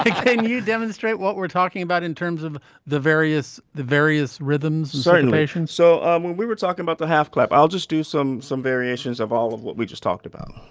can you demonstrate what we're talking about in terms of the various the various rhythms in certain locations so when we were talking about the half clap i'll just do some some variations of all of what we just talked about